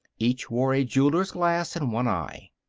each wore a jeweler's glass in one eye.